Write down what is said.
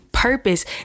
Purpose